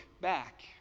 back